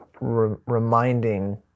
reminding